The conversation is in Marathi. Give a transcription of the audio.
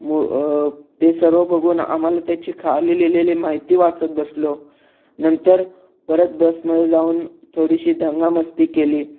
मु ते सर्व बघून आम्हाला त्याची खाली लिहिलेली माहिती वाचत बसलो नंतर परत बसमधे जाऊन थोडीशी दंगामस्ती केली